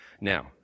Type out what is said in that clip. Now